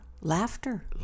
laughter